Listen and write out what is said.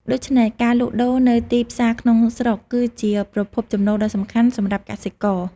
ដូច្នេះ ការលក់ដូរនៅទីផ្សារក្នុងស្រុកគឺជាប្រភពចំណូលដ៏សំខាន់សម្រាប់កសិករ។